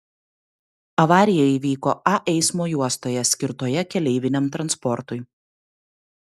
avarija įvyko a eismo juostoje skirtoje keleiviniam transportui